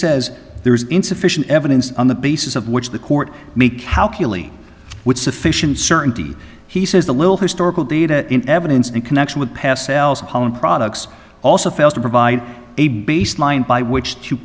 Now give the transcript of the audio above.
says there is insufficient evidence on the basis of which the court may calculate with sufficient certainty he says the little historical data in evidence in connection with past sells home products also fails to provide a baseline by which to